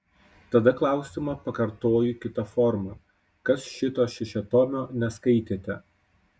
tada klausimą pakartoju kita forma kas šito šešiatomio neskaitėte